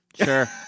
Sure